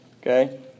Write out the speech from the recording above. Okay